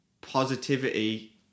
positivity